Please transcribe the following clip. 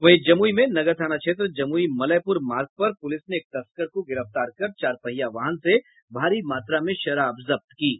वहीं जमूई में नगर थाना क्षेत्र जमूई मलयपूर मार्ग पर पूलिस ने एक तस्कर को गिरफ्तार कर चारपहिया वाहन से भारी मात्रा में शराब जब्त की है